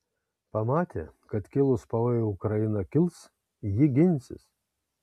pamatė kad kilus pavojui ukraina kils ji ginsis